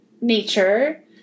nature